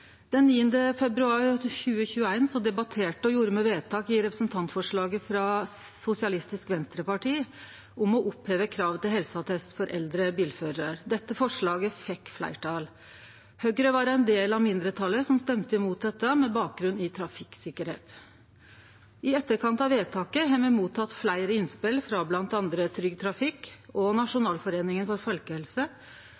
Den 9. februar 2021 debatterte me og gjorde vedtak i saka om representantforslaget frå Sosialistisk Venstreparti om å oppheve kravet til helseattest for eldre bilførarar. Dette forslaget fekk fleirtal. Høgre var ein del av mindretalet som stemte imot dette, med bakgrunn i trafikksikkerheit. I etterkant av vedtaket har me motteke fleire innspel, frå bl.a. Trygg Trafikk og